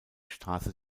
straße